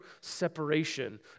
separation